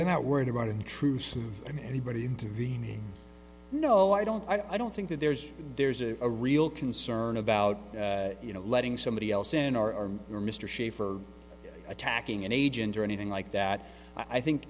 they're not worried about intrusive in anybody intervening no i don't i don't think that there's there's a a real concern about you know letting somebody else in our or mr schieffer attacking an agent or anything like that i think